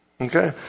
Okay